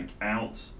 out